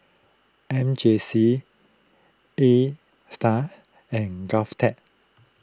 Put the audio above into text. M J C A Star and Govtech